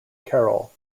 carroll